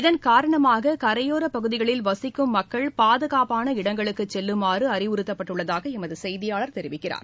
இதன்காரணமாக கரையோர பகுதிகளில் வசிக்கும் மக்கள் பாதுகாப்பான இடங்களுக்கு செல்லுமாறு அறிவுறுத்தப்பட்டுள்ளதாக எமது செய்தியாளர் தெரிவிக்கிறார்